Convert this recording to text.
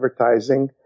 advertising